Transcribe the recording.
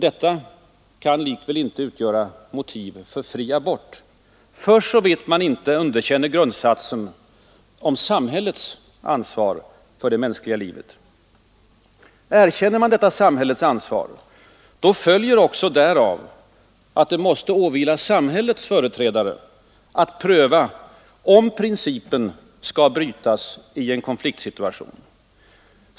Det kan likväl inte utgöra motiv för ”fri abort”, för så vitt man inte underkänner grundsatsen om samhällets ansvar för det mänskliga livet. Erkänner man detta samhällets ansvar, då följer också därav att det måste åvila samhällets företrädare att pröva om principen skall brytas i en konfliktsituation.